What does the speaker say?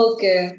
Okay